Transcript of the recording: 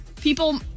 people